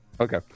Okay